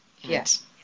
Yes